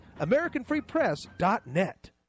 AmericanFreePress.net